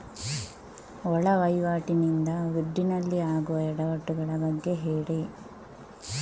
ಒಳ ವಹಿವಾಟಿ ನಿಂದ ದುಡ್ಡಿನಲ್ಲಿ ಆಗುವ ಎಡವಟ್ಟು ಗಳ ಬಗ್ಗೆ ಹೇಳಿ